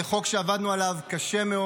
זה חוק שעבדנו עליו קשה מאוד.